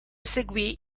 seguì